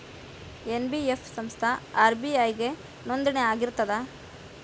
NBF ಸಂಸ್ಥಾ RBI ಗೆ ನೋಂದಣಿ ಆಗಿರ್ತದಾ?